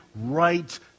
right